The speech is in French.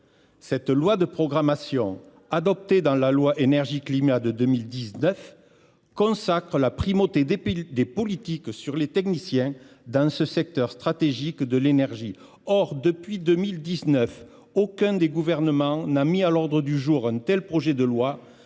Cette loi de programmation, prévue par la loi Énergie climat de 2019, consacre la primauté des politiques sur les techniciens dans le secteur stratégique de l’énergie. Or, depuis 2019, aucun gouvernement n’a mis à l’ordre du jour un tel projet de loi,